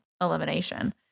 elimination